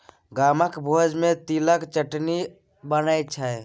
गामक भोज मे तिलक चटनी बनै छै